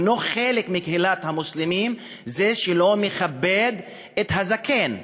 אינו חלק מקהילת המוסלמים זה שלא מכבד את הזקן.